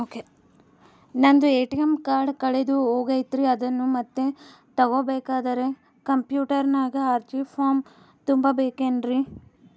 ನಂದು ATM card ಕಳೆದು ಹೋಗೈತ್ರಿ ಅದನ್ನು ಮತ್ತೆ ತಗೋಬೇಕಾದರೆ ಕಂಪ್ಯೂಟರ್ ನಾಗ ಅರ್ಜಿ ಫಾರಂ ತುಂಬಬೇಕನ್ರಿ?